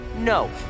No